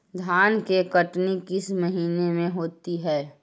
धान की कटनी किस महीने में होती है?